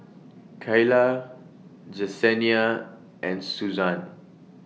Cayla Jessenia and Suzan